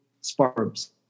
sparks